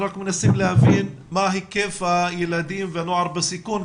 אנחנו רק מנסים להבין מה היקף הילדים והנוער בסיכון,